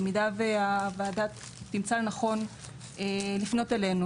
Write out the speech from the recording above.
במידה והוועדה תמצא לנכון לפנות אלינו